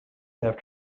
have